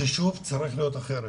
החישוב צריך להיות אחרת.